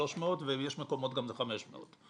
300 ויש מקומות גם ל-500.